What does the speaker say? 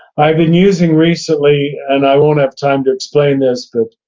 i've been using recently, and i won't have time to explain this, but